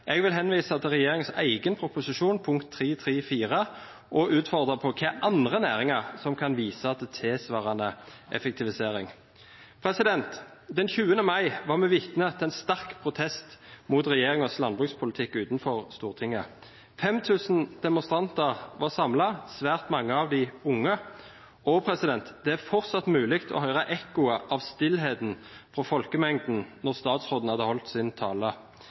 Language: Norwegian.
Jeg vil henvise til regjeringens egen proposisjon, punkt 3.3.4, og utfordre den på hvilke andre næringer som kan vise til tilsvarende effektivisering. Den 20. mai var vi vitne til en sterk protest mot regjeringens landbrukspolitikk utenfor Stortinget. 5 000 demonstranter var samlet, svært mange av dem unge. Det er fortsatt mulig å høre ekkoet av stillheten fra folkemengden da statsråden hadde holdt sin tale.